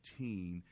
18